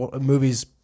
movies